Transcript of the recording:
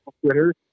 Twitter